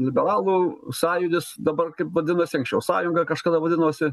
liberalų sąjūdis dabar kaip vadinasi anksčiau sąjunga kažkada vadinosi